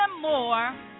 more